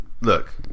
Look